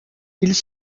ils